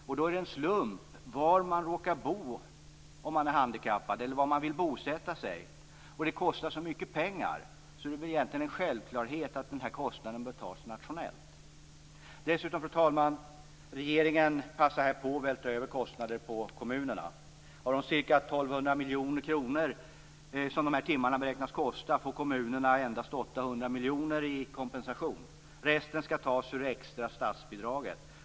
Då det är en slump var den handikappade råkar bo eller vill bosätta sig och då det kostar så mycket pengar, är det egentligen en självklarhet att denna kostnad bör tas nationellt. Dessutom, fru talman, passar regeringen här på att vältra över kostnader på kommunerna. För de ca 1 200 miljoner kronor som de här timmarna beräknas kosta får kommunerna endast 800 miljoner kronor i kompensation. Resten skall tas ur det extra statsbidraget.